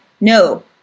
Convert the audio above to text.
no